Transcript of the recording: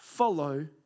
Follow